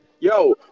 Yo